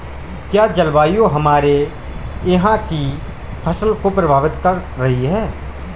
क्या जलवायु हमारे यहाँ की फसल को प्रभावित कर रही है?